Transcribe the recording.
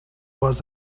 was